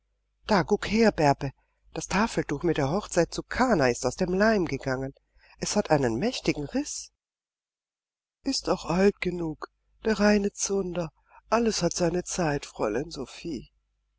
da guck her bärbe das tafeltuch mit der hochzeit zu kana ist aus dem leim gegangen es hat einen mächtigen riß ist auch alt genug der reine zunder alles hat seine zeit fräulein sophie